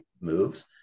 moves